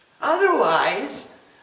Otherwise